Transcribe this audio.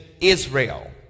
Israel